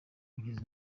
kugeza